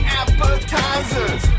appetizers